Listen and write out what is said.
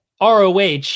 ROH